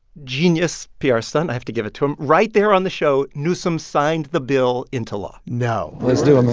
genius pr stunt i have to give it to him right there on the show, newsom signed the bill into law now, let's do